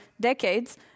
decades